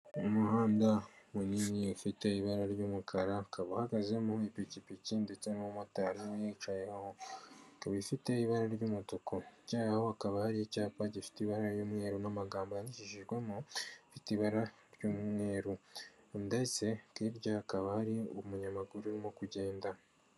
Umuhanda munini ufite ibara ry'umukara ukaba uhagazemo ipikipiki ndetse n'umumotari uyicayeho ikaba ifite ibara ry'umutuku hirya yaho hakaba hari icyapa gifite ibara ry'umweru n'amagambo yandikishijwemo afite ibara ry'umweru ndetse hirya hakaba hari umunyamaguru urimo kugenda.